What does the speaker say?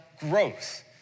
growth